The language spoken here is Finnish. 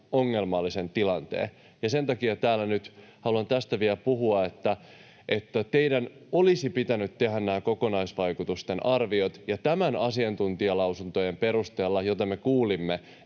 ongelmallisen tilanteen. Sen takia täällä nyt haluan tästä vielä puhua, että teidän olisi pitänyt tehdä kokonaisvaikutusten arviot, ja niiden asiantuntijalausuntojen perusteella, joita me kuulimme,